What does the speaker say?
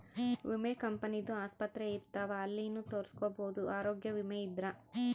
ವಿಮೆ ಕಂಪನಿ ದು ಆಸ್ಪತ್ರೆ ಇರ್ತಾವ ಅಲ್ಲಿನು ತೊರಸ್ಕೊಬೋದು ಆರೋಗ್ಯ ವಿಮೆ ಇದ್ರ